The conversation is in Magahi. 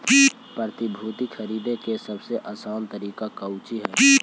प्रतिभूति खरीदे के सबसे आसान तरीका कउची हइ